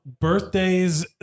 birthdays